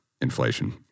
inflation